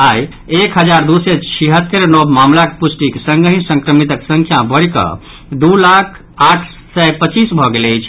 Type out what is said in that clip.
आई एक हजार दू सय छिहत्तरि नव मामिलाक पुष्टिक संगहि संक्रमित संख्या बढ़ि कऽ दू लाख आठ सय पच्चीस भऽ गेल अछि